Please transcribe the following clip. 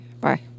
bye